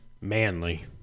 Manly